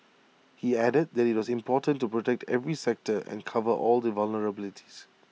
he added that IT was important to protect every sector and cover all the vulnerabilities